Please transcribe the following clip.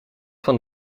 van